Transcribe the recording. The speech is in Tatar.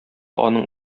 аның